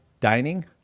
dining